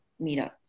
meetup